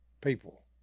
people